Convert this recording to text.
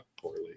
poorly